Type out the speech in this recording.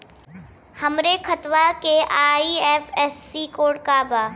हमरे खतवा के आई.एफ.एस.सी कोड का बा?